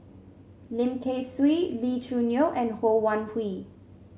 Lim Kay Siu Lee Choo Neo and Ho Wan Hui